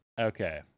Okay